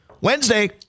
Wednesday